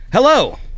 Hello